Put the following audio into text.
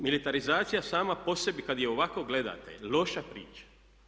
Militarizacija sama po sebi kada je ovako gledate loša priča.